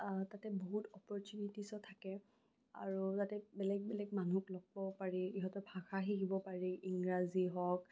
তাতে বহুত অপৰ্চুনিটিজো থাকে আৰু তাতে বেলেগ বেলেগ মানুহ লগ পাব পাৰি সিহঁতৰ ভাষা শিকিব পাৰি ইংৰাজী হওক